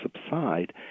subside